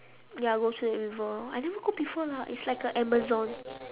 ya go through the river I never go before lah it's like a amazon